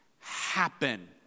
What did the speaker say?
happen